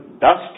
dust